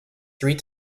three